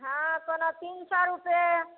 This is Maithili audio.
हँ कोनो तीन सए रुपैए